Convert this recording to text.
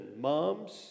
Moms